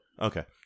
Okay